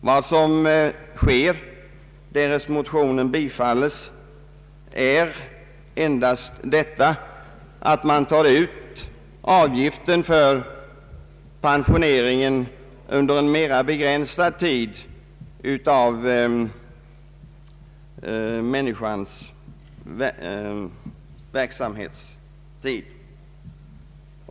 Vad som skulle ske, därest densamma bifalles, är endast att ATP-avgiften tas ut under en mer begränsad tid av människans verksamhetsår.